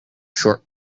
short